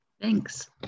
thanks